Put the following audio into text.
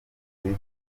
akazi